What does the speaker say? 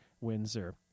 Windsor